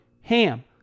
HAM